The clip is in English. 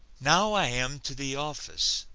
now i am to the office.